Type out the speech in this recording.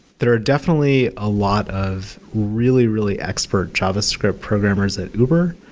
there are definitely a lot of really, really expert javascript programmers at uber,